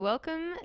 Welcome